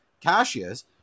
Cassius